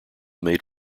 made